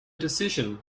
decision